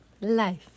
life